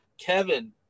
Kevin